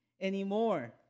anymore